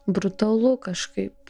brutalu kažkaip